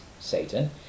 Satan